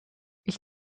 ich